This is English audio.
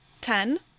ten